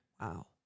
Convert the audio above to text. wow